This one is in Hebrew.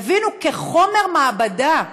תבינו, חומר מעבדה,